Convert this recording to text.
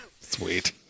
Sweet